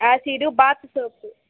acid bath soap